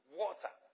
water